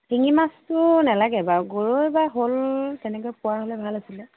শিঙি মাছটো নালাগে বাৰু গৰৈ বা শ'ল তেনেকৈ পোৱা হ'লে ভাল আছিলে